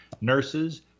nurses